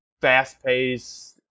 fast-paced